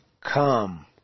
come